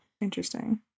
Interesting